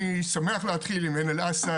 אני שמח להתחיל עם עין אל אסד,